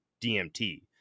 DMT